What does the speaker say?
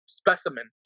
specimen